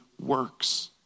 works